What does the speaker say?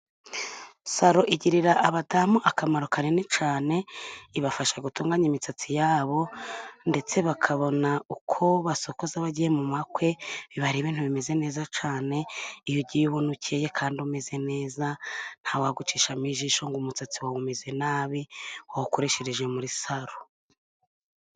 Salo igirira abadamu akamaro kanini cyane, ibafasha gutunganya imisatsi yabo ndetse bakabona uko basokoza bagiye mu bukwe, biba ari ibintu bimeze neza cyane, iyo ugiye ubona ukeye kandi umeze neza ntawagucishamo ijisho, ngo umusatsi wawe umeze nabi wa wukoreshereje muri salo.